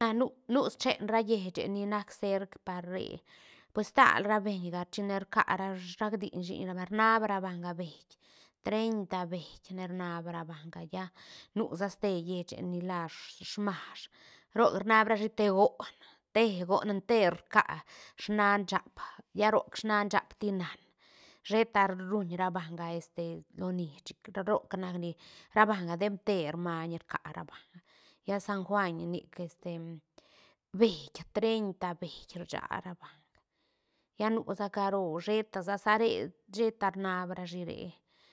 na nu- nu schen ra lleiche ni nac cerc par rre pues stal ra beñ ga chine rca ra raac diiñ shiin ra banga rnaab ra banga beït treita beït ne rnaab ra banga lla nusa ste lleiche ni la smash rooc rnaad rashi te goon te goon enter rca snaan shaap lla rooc snaan shaap tinan sheta ruuñ ra banga este loni chic roc nac ni ra banga deep enter maiñ rca ra banga lla san juañ nic este beït treita beït rsha ra banga lla nu sa caro shetasa sa re sheta rnab rashi re.